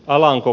alanko